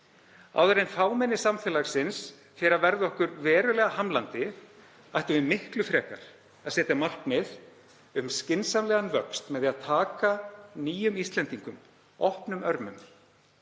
Áður en fámenni samfélagsins fer að verða okkur hamlandi ættum við miklu frekar að setja markmið um skynsamlegan vöxt með því að taka nýjum Íslendingum opnum örmum.